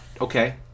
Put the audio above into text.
Okay